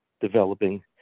developing